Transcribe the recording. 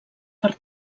per